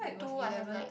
two I have like